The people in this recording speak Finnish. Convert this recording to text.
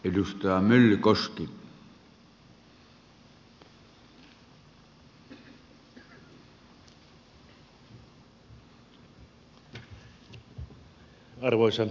arvoisa herra puhemies